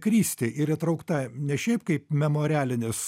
kristi ir įtraukta ne šiaip kaip memorialinis